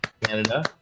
Canada